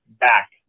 back